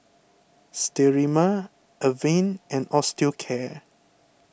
Sterimar Avene and Osteocare